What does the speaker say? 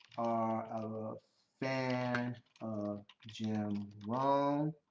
are a fan of jim rohn.